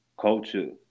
culture